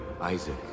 Isaac